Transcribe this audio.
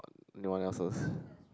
no unnecessary